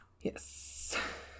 Yes